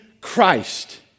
Christ